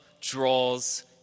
draws